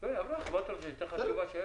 וזה חידד את היתרונות והחסרונות של מהלך